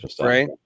right